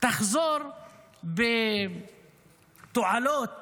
תחזור בתועלות